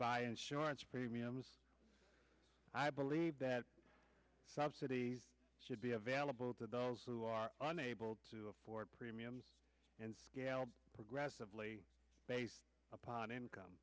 by insurance premiums i believe that subsidies should be available to those who are unable to afford premiums and scale progressively based upon income